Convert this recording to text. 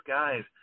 guys